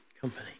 company